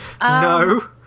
No